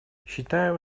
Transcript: считаем